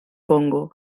congo